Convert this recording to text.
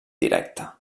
directe